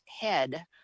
head